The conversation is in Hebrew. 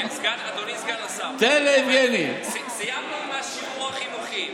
אדוני סגן השר, סיימנו עם השיעור החינוכי.